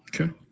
Okay